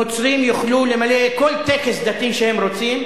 נוצרים יוכלו למלא כל טקס דתי שהם רוצים,